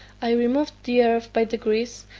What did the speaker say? i removed the earth by degrees,